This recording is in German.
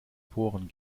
poren